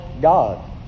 God